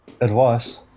advice